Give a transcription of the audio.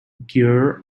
girl